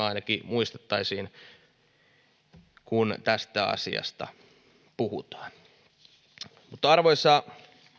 ainakin tämä muistettaisiin kun tästä asiasta puhutaan mutta arvoisa